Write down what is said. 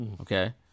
Okay